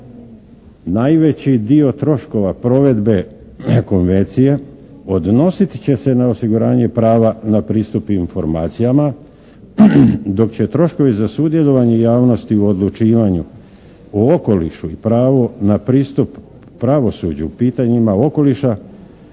Najveći dio troškova provedbe Konvencije odnosit će se na osiguranje prava na pristup informacijama, dok će troškovi za sudjelovanje javnosti u odlučivanju o okolišu i pravu na pristup pravosuđu u pitanjima okoliša